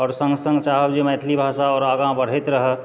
आओर सङ्ग सङ्ग चाहब जे मैथिली भाषा आओर आगाँ बढ़ैत रहए